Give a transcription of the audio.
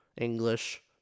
English